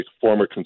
former